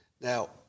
Now